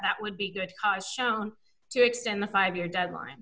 that would be good cause shown to extend the five year deadline